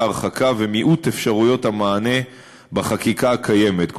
ההרחקה ומיעוט אפשרויות המענה בחקיקה הקיימת.